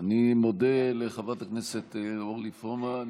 אני מודה לחברת הכנסת אורלי פרומן,